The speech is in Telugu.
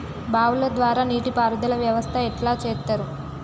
బావుల ద్వారా నీటి పారుదల వ్యవస్థ ఎట్లా చేత్తరు?